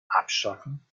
abschaffen